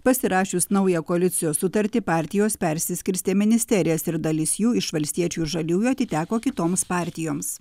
pasirašius naują koalicijos sutartį partijos persiskirstė ministerijas ir dalis jų iš valstiečių ir žaliųjų atiteko kitoms partijoms